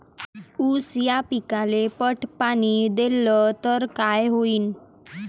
ऊस या पिकाले पट पाणी देल्ल तर काय होईन?